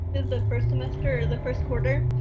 the first semester, the first quarter.